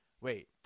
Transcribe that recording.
wait